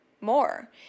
more